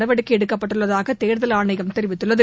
நடவடிக்கை எடுக்கப்பட்டுள்ளதாக தேர்தல் ஆணையம் தெரிவித்துள்ளது